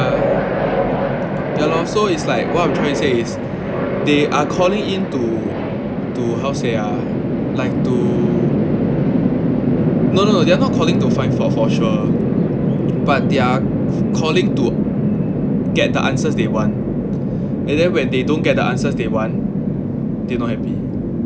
ya ya lor so it's like what I'm trying to say is they are calling in to to how to say ah like to no no no they are not calling to find fault for sure but they are calling to get the answers they want and then when they don't get the answers they want they not happy